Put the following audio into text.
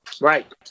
Right